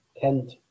Kent